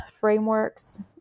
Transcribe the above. frameworks